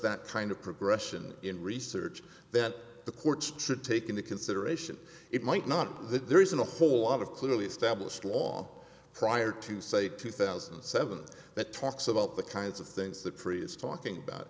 that kind of progression in research that the courts should take into consideration it might not that there isn't a whole lot of clearly established law prior to say two thousand and seven that talks about the kinds of things that free is talking about